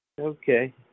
Okay